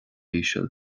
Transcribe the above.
íseal